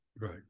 Right